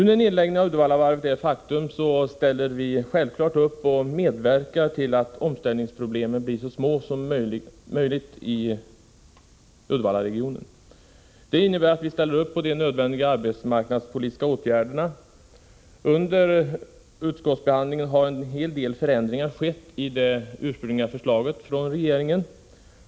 När nedläggningen av Uddevallavarvet nu är ett faktum ställer vi självfallet upp och medverkar till att omställningsproblemen blir så små som möjligt i Uddevallaregionen. Detta innebär att vi ställer oss bakom de nödvändiga arbetsmarknadspolitiska åtgärderna. Under utskottsbehandlingen har en hel del förändringar skett i det ursprungliga förslaget från regeringen.